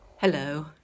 Hello